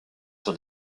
sur